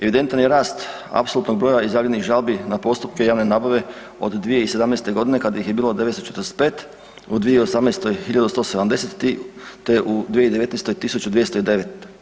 Evidentan je rast apsolutnog broja izjavljenih žalbi na postupke javne nabave od 2017.-te godine kada ih je bilo 945, u 2018. 1.170, te u 2019. 1.209.